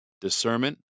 Discernment